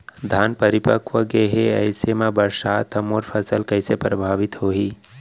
धान परिपक्व गेहे ऐसे म बरसात ह मोर फसल कइसे प्रभावित होही?